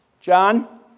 John